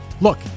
Look